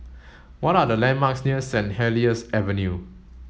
what are the landmarks near Saint Helier's Avenue